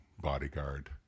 bodyguard